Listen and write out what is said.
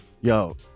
yo